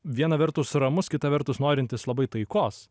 viena vertus ramus kita vertus norintis labai taikos